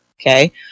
okay